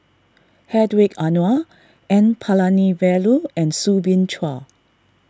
Hedwig Anuar N Palanivelu and Soo Bin Chua